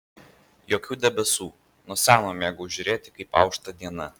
jokių debesų nuo seno mėgau žiūrėti kaip aušta diena